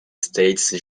states